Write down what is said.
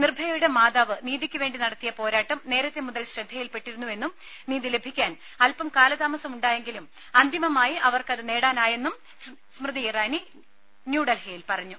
നിർഭയയുടെ മാതാവ് നീതിക്കുവേണ്ടി നടത്തിയ പോരാട്ടം നേരത്തെ മുതൽ ശ്രദ്ധയിൽപ്പെട്ടിരുന്നുവെന്നും നീതി ലഭിക്കാൻ അല്പം കാലതാമസമുണ്ടായെങ്കിലും അന്തിമമായി അവർക്ക് അത് നേടാനായെന്ന് സ്മൃതി ഇറാനി ന്യൂഡൽഹിയിൽ പറഞ്ഞു